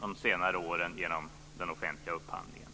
under senare år genom den offentliga upphandlingen.